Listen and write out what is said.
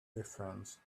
difference